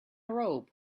robe